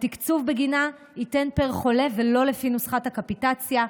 התקצוב בגינה יינתן פר חולה ולא לפי נוסחת הקפיטציה,